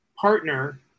partner